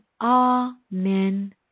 Amen